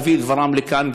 להביא את דברם לכאן,